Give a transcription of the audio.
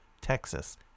Texas